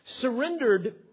surrendered